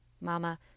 mama